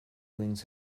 wings